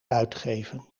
uitgeven